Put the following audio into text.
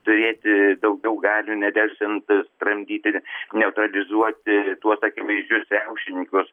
turėti daugiau galių nedelsiant tramdyti neutralizuoti tuos akivaizdžius riaušininkus